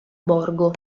borgo